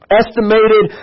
estimated